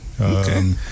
Okay